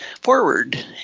forward